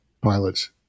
pilots